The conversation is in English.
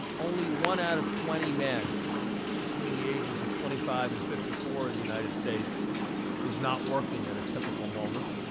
only one out of twenty men between the ages of twenty five and fifty four in the united states was not working at a typical moment,